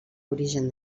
origen